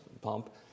pump